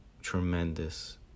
tremendous